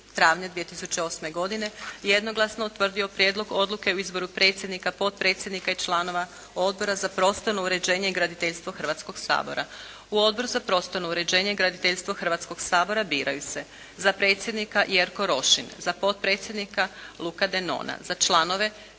U Odbor za prostorno uređenje i graditeljstvo Hrvatskog sabora biraju se: za predsjednika Jerko Rošin, za potpredsjednika Luka Denona, za članove Krešimir